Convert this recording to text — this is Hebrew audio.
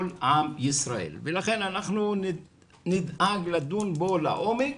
עם ישראל ולכן אנחנו נדאג לדון בו לעומק